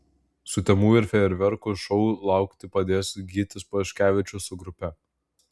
sutemų ir fejerverkų šou laukti padės gytis paškevičius su grupe